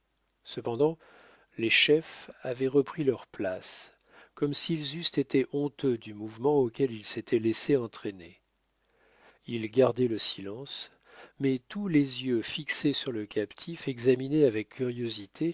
cependant les chefs avaient repris leur place comme s'ils eussent été honteux du mouvement auquel ils s'étaient laissés entraîner ils gardaient le silence mais tous les yeux fixés sur le captif examinaient avec curiosité